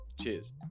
Cheers